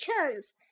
chance